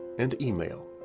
and email.